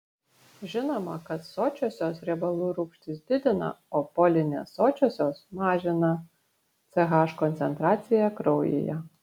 žinoma kad sočiosios riebalų rūgštys didina o polinesočiosios mažina ch koncentraciją kraujyje